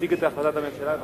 יציג את החלטת הממשלה.